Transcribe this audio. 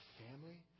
family